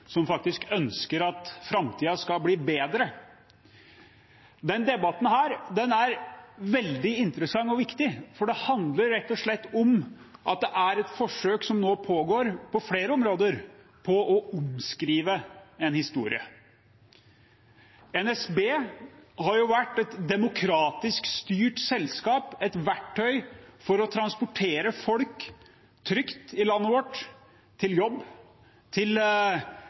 viktig, for det handler rett og slett om at det er et forsøk, som nå pågår på flere områder, på å omskrive en historie. NSB har vært et demokratisk styrt selskap, et verktøy for å transportere folk trygt i landet vårt, til jobb, til